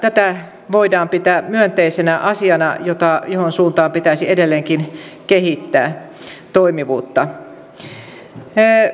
tätä voidaan pitää myönteisenä asiana ja siihen suuntaan pitäisi edelleenkin kehittää toimivuutta